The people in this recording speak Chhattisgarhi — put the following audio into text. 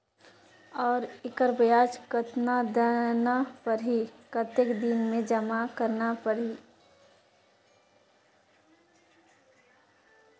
और एकर ब्याज कतना देना परही कतेक दिन मे जमा करना परही??